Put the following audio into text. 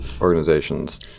organizations